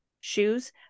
shoes